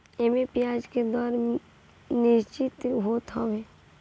एमे बियाज के दर निश्चित होत हवे